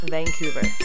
Vancouver